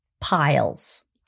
piles